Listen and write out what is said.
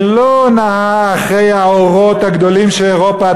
שלא נהה אחרי האורות הגדולים של אירופה,